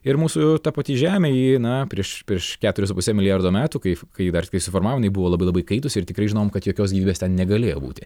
ir mūsų ta pati žemė ji na prieš prieš keturis su puse milijardo metų kai kai kai suformavo jinai buvo labai labai įkaitusi ir tikrai žinom kad jokios gyvybės ten negalėjo būti